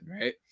right